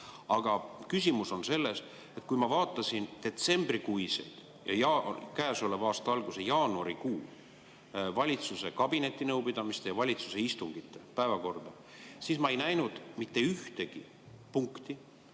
Aga küsimus on selles, et kui ma vaatasin detsembrikuiseid ja käesoleva aasta alguse jaanuarikuu valitsuse kabinetinõupidamiste ja valitsuse istungite päevakordi, siis ma ei näinud seal mitte ühtegi punkti